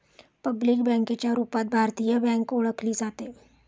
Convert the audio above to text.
public बँकेच्या रूपात भारतीय बँक ओळखली जाते